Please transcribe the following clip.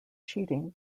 cheating